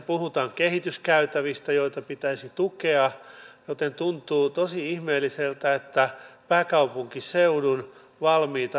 tämä on myös se asia jonka itse toin esille välikysymyksen toisena allekirjoittajana